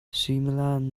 suimilam